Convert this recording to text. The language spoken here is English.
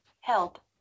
help